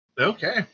okay